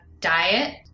diet